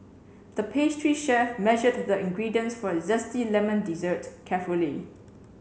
the pastry chef measured the ingredients for a zesty lemon dessert carefully